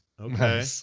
Okay